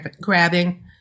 grabbing